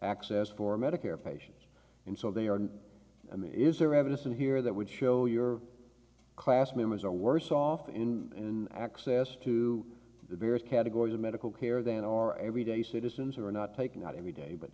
access for medicare patients and so they are i mean is there evidence in here that would show your class members are worse off in access to the various categories of medical care than our everyday citizens are not taking out every day but